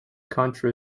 country